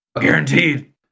Guaranteed